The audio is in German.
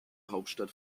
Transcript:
hauptstadt